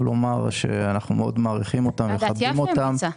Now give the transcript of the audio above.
לומר שאנחנו מאוד מעריכים אותם ומכבדים אותם.